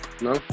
no